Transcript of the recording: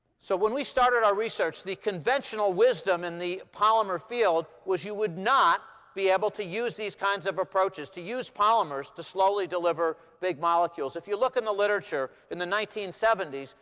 so when we started our research, the conventional wisdom in the polymer field was you would not be able to use these kinds of approaches, to use polymers to slowly deliver big molecules. if you look in the literature in the nineteen seventy s,